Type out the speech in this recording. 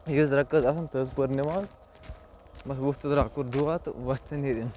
بیٚیہِ یژھ رکٲژ آسَن تٔژھ پٔر نٮ۪ماز بس ووٚتھ تہٕ کوٚر دُعا تہٕ وۄتھ تہِ نیٖرِنۍ